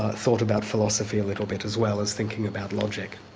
ah thought about philosophy a little bit as well as thinking about logic.